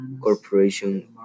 Corporation